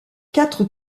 quatre